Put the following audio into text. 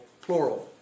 plural